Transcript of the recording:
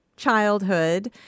childhood